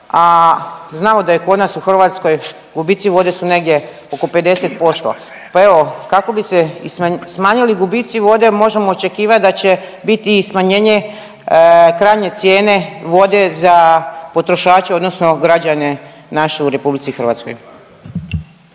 a znamo da je kod nas u Hrvatskoj gubici vode su negdje oko 50%. Pa evo kako bi se i smanjili gubici vode možemo očekivati da će biti i smanjenje krajnje cijene vode za potrošače, odnosno građane naše u Republici Hrvatskoj.